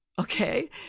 okay